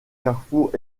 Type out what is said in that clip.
carrefour